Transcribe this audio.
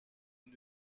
and